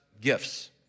gifts